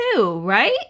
right